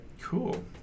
Cool